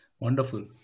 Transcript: Wonderful